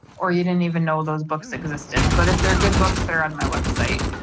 or you didn't even know those books existed but if they're good books that are on my website,